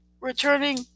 returning